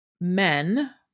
men